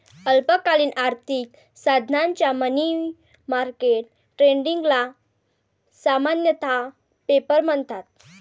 अल्पकालीन आर्थिक साधनांच्या मनी मार्केट ट्रेडिंगला सामान्यतः पेपर म्हणतात